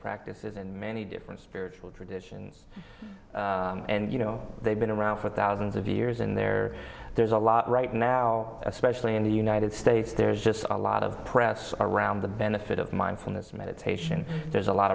practices and many different spiritual traditions and you know they've been around for thousands of years and they're there's a lot right now especially in the united states there's just a lot of press around the benefit of mindfulness meditation there's a lot